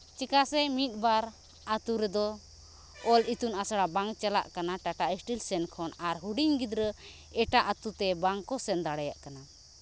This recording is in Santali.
ᱪᱤᱠᱟ ᱥᱮ ᱢᱤᱫ ᱵᱟᱨ ᱟᱹᱛᱩ ᱨᱮᱫᱚ ᱚᱞ ᱤᱛᱩᱱ ᱟᱥᱲᱟ ᱵᱟᱝ ᱪᱟᱞᱟᱜ ᱠᱟᱱᱟ ᱴᱟᱴᱟ ᱥᱴᱤᱞ ᱥᱮᱱ ᱠᱷᱚᱱ ᱟᱨ ᱦᱩᱰᱤᱧ ᱜᱤᱫᱽᱨᱟᱹ ᱮᱴᱟᱜ ᱟᱹᱛᱩ ᱛᱮ ᱵᱟᱝ ᱠᱚ ᱥᱮᱱ ᱫᱟᱲᱮᱭᱟᱜ ᱠᱟᱱᱟ